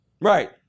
Right